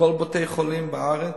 כל בתי-חולים בארץ,